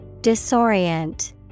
Disorient